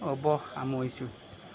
হ'ব সামৰিছোঁ